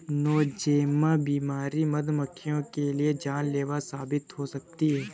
Nosema बीमारी मधुमक्खियों के लिए जानलेवा साबित हो सकती है